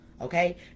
okay